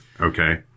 Okay